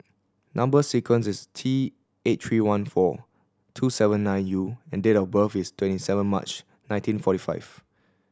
number sequence is T eight three one four two seven nine U and date of birth is twenty seven March nineteen forty five